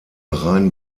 rhein